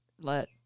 let